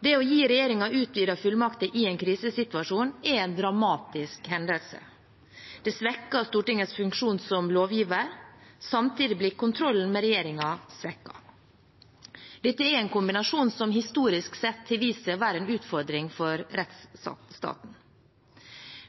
Det å gi regjeringen utvidede fullmakter i en krisesituasjon er en dramatisk hendelse. Det svekker Stortingets funksjon som lovgiver. Samtidig blir kontrollen med regjeringen svekket. Dette er en kombinasjon som historisk sett har vist seg å være en utfordring for rettsstaten.